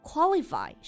Qualify